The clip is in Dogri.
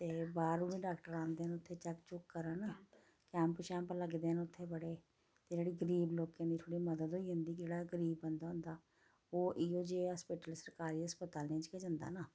ते बाह्रुं बी डाक्टर आंदे न उत्थें चैक चुक करन कैंप शैंप लगदे न उत्थें बड़े ते जेह्ड़े गरीब लोकें दी थोह्ड़ी मदद होई जंदी जेह्ड़ा गरीब बंदा होंदा ओह् इ'यै जेह् हास्पिटल सरकारी अस्पतालें च गै जंदा ना